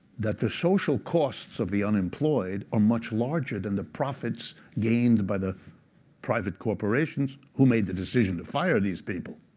that the social costs of the unemployed are much larger than the profits gained by the private corporations who made the decision to fire these people.